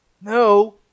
No